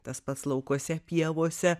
tas pats laukuose pievose